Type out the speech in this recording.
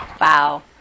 Wow